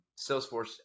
Salesforce